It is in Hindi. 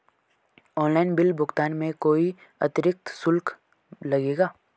ऑनलाइन बिल भुगतान में कोई अतिरिक्त शुल्क लगेगा?